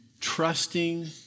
trusting